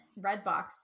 Redbox